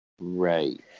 Right